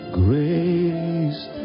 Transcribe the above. grace